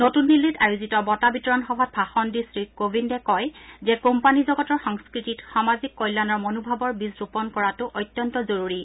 নতুন দিল্লীত আয়োজিত বঁটা বিতৰণ সভাত ভাষণ দি শ্ৰী কোবিন্দে কয় যে কোম্পানী জগতৰ সংস্কৃতিত সামাজিক কল্যাণৰ মনোভাৱৰ বীজ ৰোপণ কৰাটো অত্যন্ত জৰুৰী